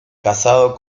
casado